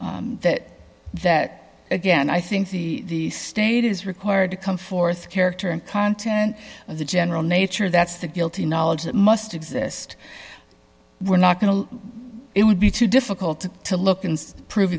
that that again i think the state is required to come forth character and content of the general nature that's the guilty knowledge that must exist we're not going to it would be too difficult to look and prove